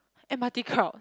M_R_T crowd